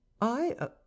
I